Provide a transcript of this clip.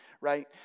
right